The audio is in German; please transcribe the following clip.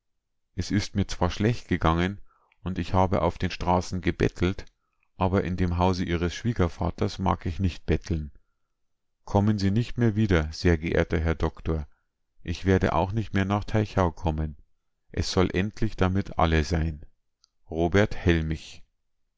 es ist mir zwar schlecht gegangen und ich habe auf den straßen gebettelt aber in dem hause ihres schwiegervaters mag ich nicht betteln kommen sie nicht mehr wieder sehr geehrter herr doktor ich werde auch nicht mehr nach teichau kommen es soll endlich damit alle sein robert hellmich